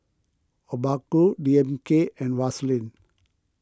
Obaku D M K and Vaseline